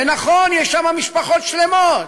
ונכון, יש שם משפחות שלמות.